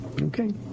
Okay